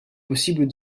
possible